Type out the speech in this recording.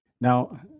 Now